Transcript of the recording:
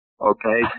okay